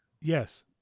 Yes